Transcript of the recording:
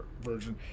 version